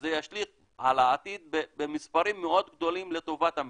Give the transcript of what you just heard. שזה ישליך על העתיד במספרים מאוד גדולים לטובת המדינה?